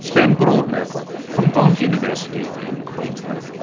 sven brodmerkel from bond university in queensland.